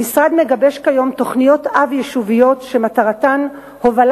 המשרד מגבש כיום תוכניות-אב יישוביות שמטרתן להוביל